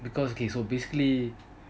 because okay so basically